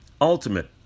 Ultimate